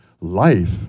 Life